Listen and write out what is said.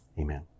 amen